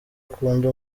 akunda